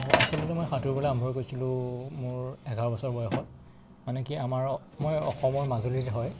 অঁ আচলতে মই সাঁতোৰিবলে আৰম্ভ কৰিছিলোঁ মোৰ এঘাৰ বছৰ বয়সত মানে কি আমাৰ মই অসমৰ মাজুলীৰ হয়